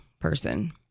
person